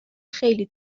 خیلی